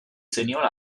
zeniola